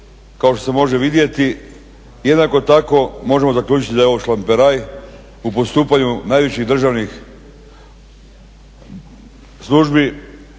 kao što se može vidjeti, jednako tako možemo zaključiti da je ovo šlamperaj u postupanju najviših državnih službi,